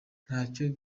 ntacyo